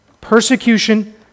Persecution